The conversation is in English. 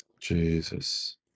Jesus